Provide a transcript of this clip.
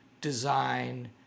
design